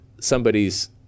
somebody's